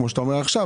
כמו שאתה אומר עכשיו.